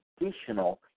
additional